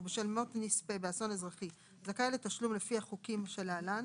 בשל מות נספה באסון אזרחי זכאי לתשלום לפי החוקים שלהלן,